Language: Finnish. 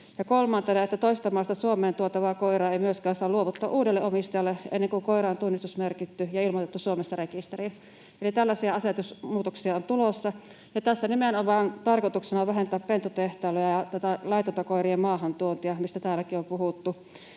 kolmantena: toisesta maasta Suomeen tuotavaa koiraa ei myöskään saa luovuttaa uudelle omistajalle ennen kuin koira on tunnistusmerkitty ja ilmoitettu Suomessa rekisteriin. Eli tällaisia asetusmuutoksia on tulossa, ja tässä on nimenomaan tarkoituksena vähentää pentutehtailua ja tätä laitonta koirien maahantuontia, mistä täälläkin on puhuttu,